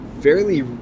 fairly